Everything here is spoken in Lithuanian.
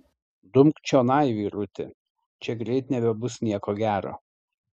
dumk čionai vyruti čia greit nebebus nieko gero